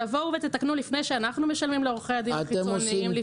תבואו ותתקנו לפני שאנחנו משלמים לעורכי דין חיצוניים.